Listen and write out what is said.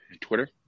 Twitter